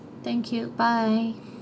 thank you bye